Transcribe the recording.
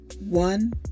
One